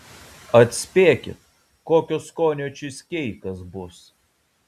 atspėkit kokio skonio čyzkeikas bus